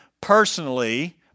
personally